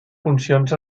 funcions